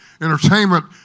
Entertainment